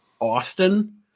Austin